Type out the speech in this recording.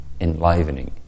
enlivening